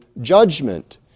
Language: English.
judgment